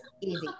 easy